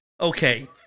Okay